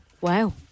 Wow